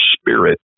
spirit